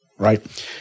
right